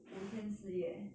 五天四夜